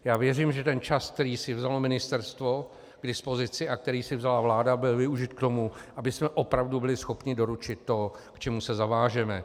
Já věřím, že ten čas, který si vzalo ministerstvo k dispozici a který si vzala vláda, byl využit k tomu, abychom opravdu byli schopni doručit to, k čemu se zavážeme.